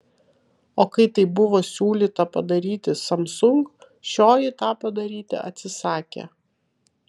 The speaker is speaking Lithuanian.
o kai tai buvo siūlyta padaryti samsung šioji tą padaryti atsisakė